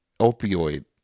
opioid